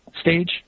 stage